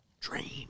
Dream